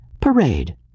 parade